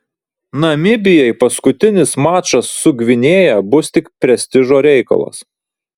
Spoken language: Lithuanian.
namibijai paskutinis mačas su gvinėja bus tik prestižo reikalas